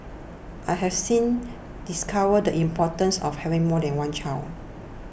I have since discovered importance of having more than one child